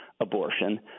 abortion